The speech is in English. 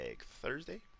Thursday